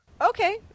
Okay